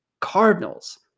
Cardinals